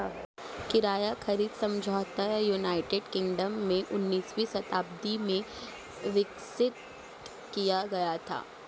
किराया खरीद समझौता यूनाइटेड किंगडम में उन्नीसवीं शताब्दी में विकसित किया गया था